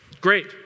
Great